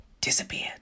disappeared